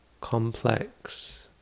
complex